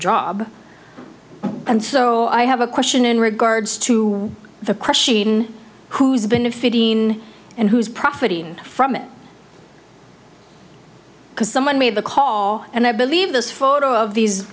job and so i have a question in regards to the question who's been fifteen and who's profiting from it because someone made the call and i believe this photo of these